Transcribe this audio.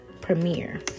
Premiere